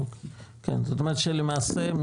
זאת אומרת שלמעשה,